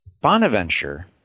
Bonaventure